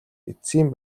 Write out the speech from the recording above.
эцсийн